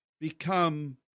become